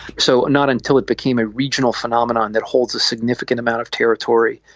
so not until it became a regional phenomenon that holds a significant amount of territory,